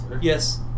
Yes